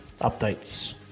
updates